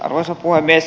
arvoisa puhemies